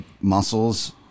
muscles